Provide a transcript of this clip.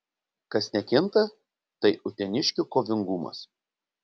kas nekinta tai uteniškių kovingumas